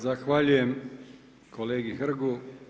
Zahvaljujem kolegi Hrgu.